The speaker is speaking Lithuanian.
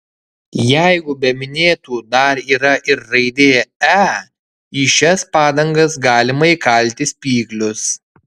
jeigu be minėtų dar yra ir raidė e į šias padangas galima įkalti spyglius